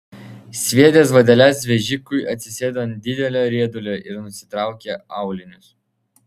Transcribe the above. sviedęs vadeles vežikui atsisėdo ant didelio riedulio ir nusitraukė aulinius